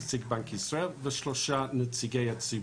בנק ישראל ושלושה נציגי ציבור,